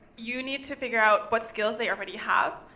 you need to figure out what skills they already have,